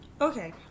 okay